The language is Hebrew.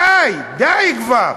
די, די כבר.